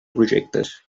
projectes